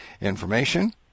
information